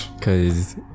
Cause